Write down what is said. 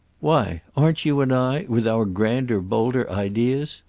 why, aren't you and i with our grander bolder ideas?